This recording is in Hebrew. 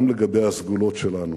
גם לגבי הסגולות שלנו.